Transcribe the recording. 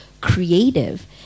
creative